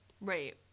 Right